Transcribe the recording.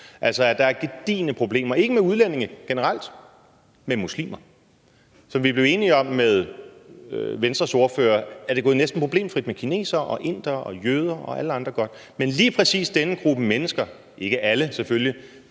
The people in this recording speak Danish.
se, at der er gedigne problemer, ikke med udlændinge generelt, men med muslimer? Som vi blev enige om med Venstres ordfører, er det gået næsten problemfrit med kinesere, indere, jøder og alle andre. Men lige præcis denne gruppe mennesker, ikke alle selvfølgelig